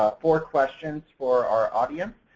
ah four questions for our audience.